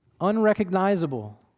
Unrecognizable